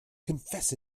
confess